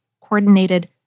coordinated